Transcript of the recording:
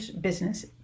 business